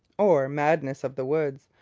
or madness of the woods,